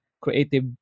creative